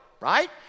right